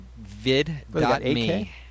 vid.me